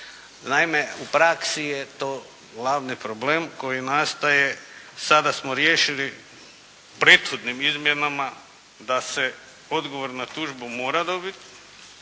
Naime, u praksi je to glavni problem koji nastaje sada smo riješili prethodnim izmjenama da se odgovor na tužbu mora dobiti